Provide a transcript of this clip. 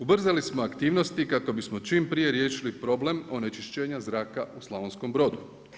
Ubrzali smo aktivnosti kako bismo čim prije riješili problem onečišćenja zraka u Slavonskom Brodu.